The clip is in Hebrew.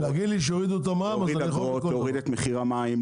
להוריד את מחיר המים,